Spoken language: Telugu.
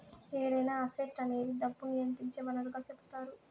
ఏదైనా అసెట్ అనేది డబ్బును నియంత్రించే వనరుగా సెపుతారు